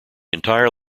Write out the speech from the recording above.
entire